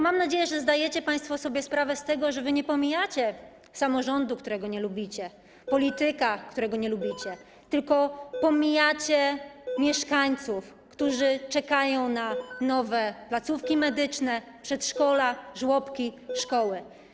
Mam nadzieję, że zdajecie państwo sobie sprawę z tego, że wy nie pomijacie samorządu, którego nie lubicie, polityka, którego nie lubicie, tylko pomijacie mieszkańców, którzy czekają na nowe placówki medyczne, przedszkola, żłobki i szkoły.